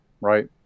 right